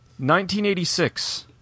1986